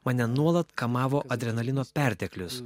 mane nuolat kamavo adrenalino perteklius